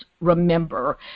remember